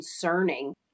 concerning